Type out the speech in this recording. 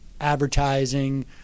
Advertising